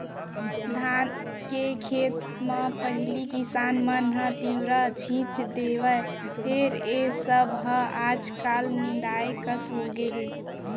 धान के खेत म पहिली किसान मन ह तिंवरा छींच देवय फेर ए सब हर आज काल नंदाए कस होगे हे